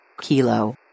Kilo